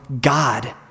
God